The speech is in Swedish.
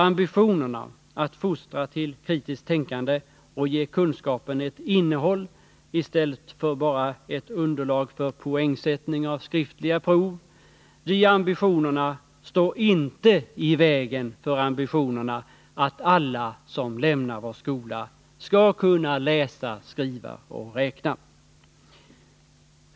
Ambitionerna att fostra till kritiskt tänkande och ge kunskapen ett innehålli stället för bara ett underlag för poängsättning av skriftliga prov — de ambitionerna står inte i vägen för ambitionerna att alla som lämnar vår skola skall kunna läsa, skriva och räkna.